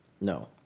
No